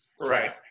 Right